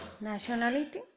Nationality